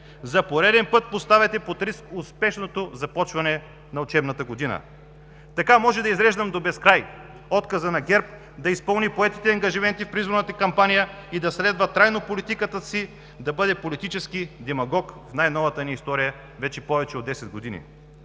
За пореден път поставяте под риск успешното започване на учебната година. Така мога да изреждам до безкрай отказа на ГЕРБ да изпълни поетите ангажименти в предизборната кампания и да следва трайно политиката си, да бъде политически демагог в най-новата ни история вече повече от десет години.